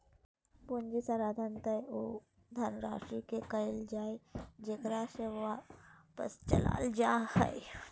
पूँजी साधारणतय उ धनराशि के कहइ हइ जेकरा से व्यापार चलाल जा हइ